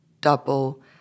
double